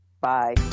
Bye